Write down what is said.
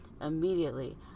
immediately